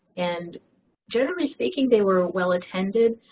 and generally speaking they were well attended.